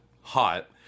hot